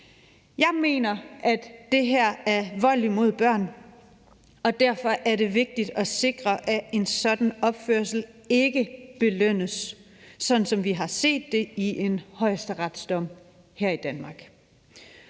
Jeg mener, at det her er vold imod børn, og derfor er det vigtigt at sikre, at en sådan opførsel ikke belønnes, sådan som vi har set det i en højesteretsdom her i Danmark.